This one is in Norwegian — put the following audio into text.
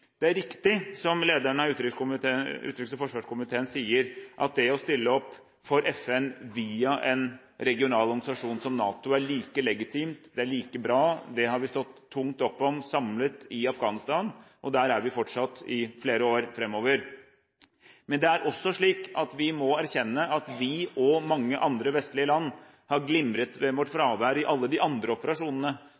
Det er riktig, som lederen av utenriks- og forsvarskomiteen sa, at det å stille opp for FN via en regional organisasjon som NATO, det er like legitimt, det er like bra. Vi har stått tungt og samlet opp om operasjonen i Afghanistan, og der vil vi fortsatt være i flere år fremover. Men det er også slik at vi må erkjenne at vi og mange andre vestlige land har glimret med vårt